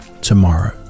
tomorrow